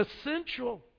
essential